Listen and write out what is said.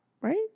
right